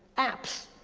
apps,